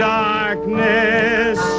darkness